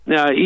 Now